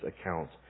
account